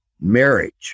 marriage